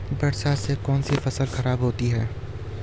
बरसात से कौन सी फसल खराब होती है?